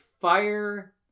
fire